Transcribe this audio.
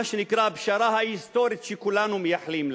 שנקרא: הפשרה ההיסטורית שכולנו מייחלים לה,